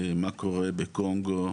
מה קורה בקונגו,